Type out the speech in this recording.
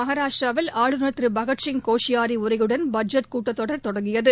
மகாராஷ்டிராவில் ஆளுநர் திருபகத்சிய் கோஷியாரி உரையுடன் பட்ஜெட் கூட்டத்தொடர் தொடங்கியது